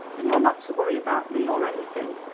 and you're not to worry about me or anything.